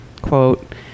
Quote